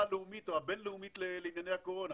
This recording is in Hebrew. הלאומית או הבין-לאומית לענייני הקורונה.